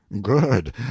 good